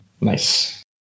Nice